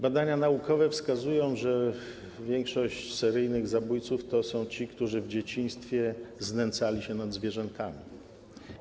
Badania naukowe wskazują, że większość seryjnych zabójców to są ci, którzy w dzieciństwie znęcali się nad zwierzętami.